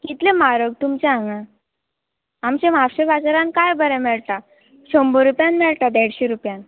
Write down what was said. कितले म्हारग तुमचे हांगा आमचे म्हापशे बाजारान काय बरें मेळटा शंबर रुपयान मेळटा देडशे रुपयान